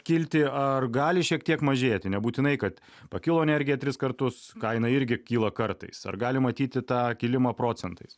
kilti ar gali šiek tiek mažėti nebūtinai kad pakilo energija tris kartus kaina irgi kyla kartais ar galim matyti tą kilimą procentais